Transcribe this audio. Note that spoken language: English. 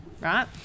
right